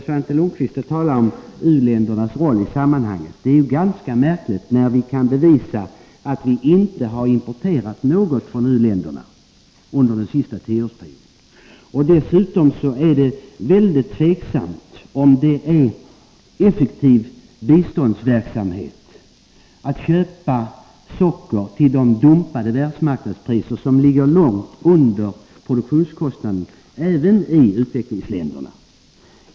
Svante Lundkvist fortsätter att tala om u-ländernas roll i sammanhanget. Detta är ganska märkligt när vi kan bevisa att vi inte har importerat någonting från u-länderna under den senaste tioårsperioden. Dessutom är det mycket tvivelaktigt om det är effektiv biståndsverksamhet att köpa socker till de dumpade världsmarknadspriser som ligger långt under produktionskostnaden, även i utvecklingsländerna.